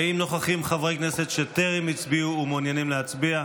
האם נוכחים חברי כנסת שטרם הצביעו ומעוניינים להצביע?